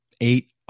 eight